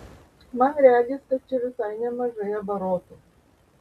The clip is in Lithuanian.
man regis kad čia visai nemažai abarotų